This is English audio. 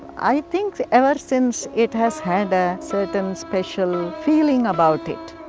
i think ever since, it has had a certain special feeling about it.